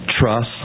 trust